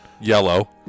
Yellow